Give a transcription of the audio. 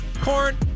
Corn